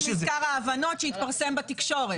זה מזכר ההבנות שהתפרסם בתקשורת.